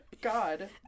God